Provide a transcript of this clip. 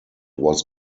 was